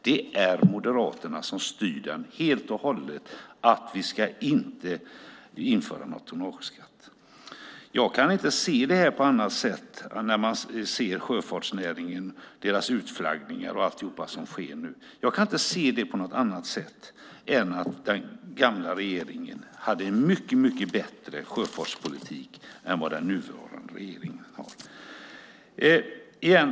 Det är Moderaterna som helt och hållet styr den, och vi ska inte införa någon tonnageskatt. När man ser på sjöfartsnäringen, på deras utflaggningar och allting som sker nu kan jag inte se detta på annat sätt än att den gamla regeringen hade en mycket bättre sjöfartspolitik än den nuvarande regeringen.